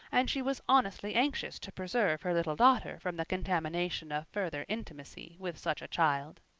and she was honestly anxious to preserve her little daughter from the contamination of further intimacy with such a child.